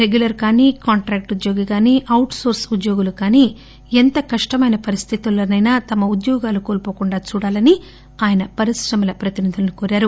regular కానీ contract ఉద్యోగి గానీ ఔట్సోర్స్ ఉద్యోగులు కాని ఎంత కష్టమైన పరిస్థితులైనా తమ ఉద్యోగాలు కోల్పోకుండా చూడాలని ఆయన పరిశ్రమల ప్రతినిధులను కోరారు